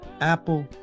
Apple